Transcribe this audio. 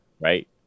right